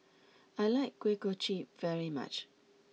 I like Kuih Kochi very much